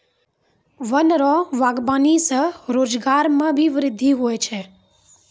वन रो वागबानी से रोजगार मे वृद्धि भी हुवै छै